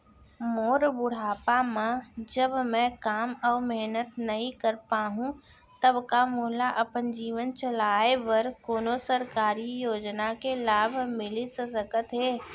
मोर बुढ़ापा मा जब मैं काम अऊ मेहनत नई कर पाहू तब का मोला अपन जीवन चलाए बर कोनो सरकारी योजना के लाभ मिलिस सकत हे?